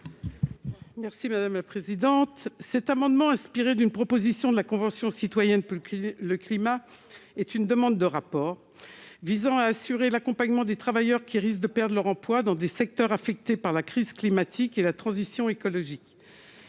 Merci madame la présidente, cet amendement inspiré d'une proposition de la Convention citoyenne peu plus le climat est une demande de rapport visant à assurer l'accompagnement des travailleurs qui risquent de perdent leur emploi dans des secteurs affectés par la crise climatique et la transition écologique,